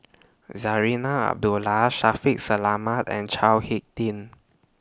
Zarinah Abdullah Shaffiq Selamat and Chao Hick Tin